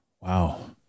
wow